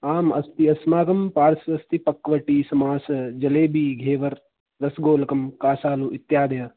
आम् अस्ति अस्माकं पार्श्वे अस्ति पक्व टी समोसा जलेबी घेवर् रसगोलकं कासालु इत्यादयः